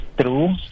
True